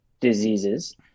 diseases